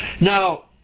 Now